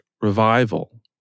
revival